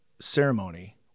ceremony